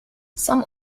some